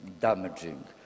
damaging